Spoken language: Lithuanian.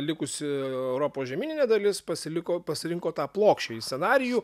likusi europos žemyninė dalis pasiliko pasirinko tą plokščiąjį scenarijų